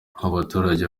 abaturage